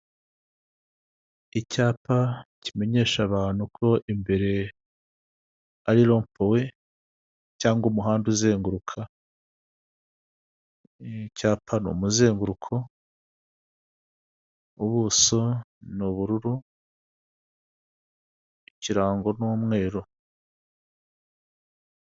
Icyapa kimenyesha abantu ko imbere ari ropuwe, cyangwa umuhanda uzenguruka, icyapa ni umuzenguruko, ubuso ni ubururu, ikirango n'umweru.